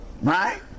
Right